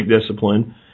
discipline